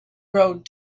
road